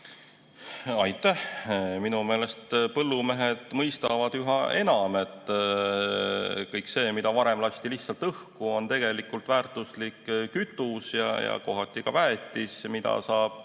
Aitäh! Minu meelest põllumehed mõistavad üha enam, et kõik see, mis varem lasti lihtsalt õhku, on tegelikult väärtuslik kütus ja kohati ka väetis, mida saab